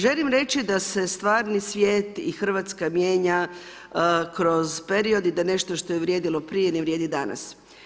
Želim reći, da se stvarni svijet i Hrvatska mijenja kroz period i da nešto što je vrijedilo prije, ne vrijedi danas.